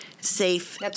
safe